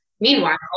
Meanwhile